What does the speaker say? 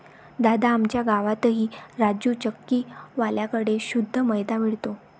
दादा, आमच्या गावातही राजू चक्की वाल्या कड़े शुद्ध मैदा मिळतो